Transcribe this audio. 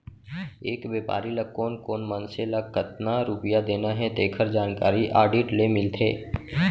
एक बेपारी ल कोन कोन मनसे ल कतना रूपिया देना हे तेखर जानकारी आडिट ले मिलथे